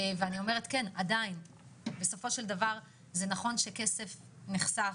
נכון שכסף נחסך,